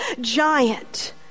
giant